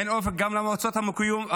אין אופק גם למועצות המקומיות.